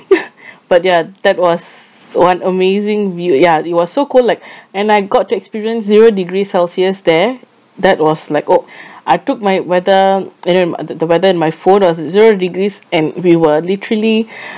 but ya that was one amazing view ya it was so cold like and I got to experience zero degrees celsius there that was like oh I took my weather and then uh th~ the weather in my phone was zero degrees and we were literally